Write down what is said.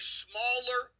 smaller